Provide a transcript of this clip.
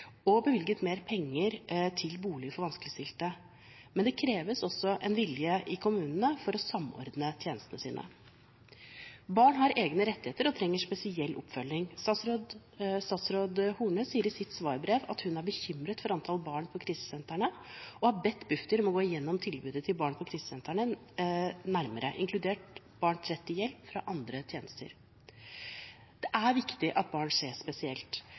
og bevilget mer penger til boliger for vanskeligstilte, men det kreves også en vilje i kommunene til å samordne tjenestene sine. Barn har egne rettigheter og trenger spesiell oppfølging. Statsråd Horne sier i sitt svarbrev at hun er bekymret for antall barn på krisesentrene og har bedt Bufdir gå gjennom tilbudet til barn på krisesentrene nærmere, inkludert barns rett til hjelp fra andre tjenester. Det er viktig at barn ses spesielt.